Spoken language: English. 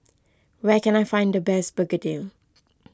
where can I find the best Begedil